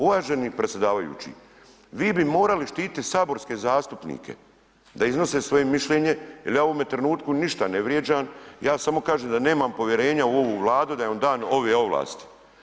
Uvaženi predsjedavajući, vi bi morali štititi saborske zastupnike da iznose svoje mišljenje jel ja u ovome trenutku ništa ne vrijeđam, ja samo kažem da nemam povjerenja u ovu Vladu da joj dam ove ovlasti.